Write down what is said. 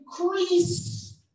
increase